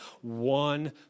one